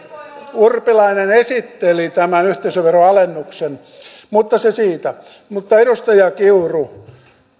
urpilainen esitteli tämän yhteisöveron alennuksen mutta se siitä edustaja kiuru